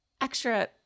extra